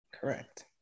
Correct